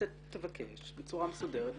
אז אתה תבקש בצורה מסודרת ותקבל.